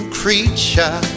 creature